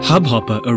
Hubhopper